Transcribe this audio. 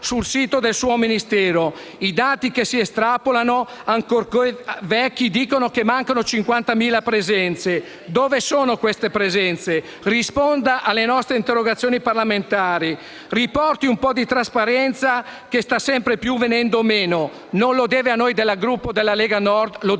sul sito del suo Ministero i dati che si estrapolano, ancorché vecchi, dicono che mancano 50.000 presenze. Dove sono tali presenze? Risponda alle nostre interrogazioni parlamentari; riporti un po' di trasparenza, che sta sempre più venendo meno. Non lo deve a noi del Gruppo Lega Nord, ma lo deve